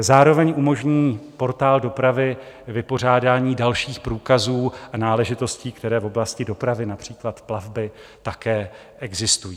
Zároveň umožní portál dopravy vypořádání dalších průkazů a náležitostí, které v oblasti dopravy, například plavby, také existují.